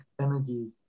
energy